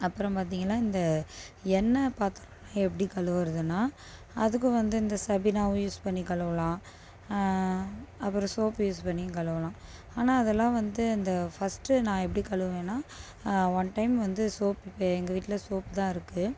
அப்புறம் பார்த்தீங்கன்னா இந்த எண்ணெய் பாத்திரலம்லாம் எப்படி கழுவறதுன்னா அதுக்கும் வந்து இந்த சபினாவும் யூஸ் பண்ணிக் கழுவலாம் அப்புறம் சோப் யூஸ் பண்ணியும் கழுவலாம் ஆனால் அதெல்லாம் வந்து அந்த ஃபஸ்ட்டு நான் எப்படி கழுவுவேன்னால் ஒன் டைம் வந்து சோப் இப்போ எங்கள் வீட்டில் சோப்பு தான் இருக்குது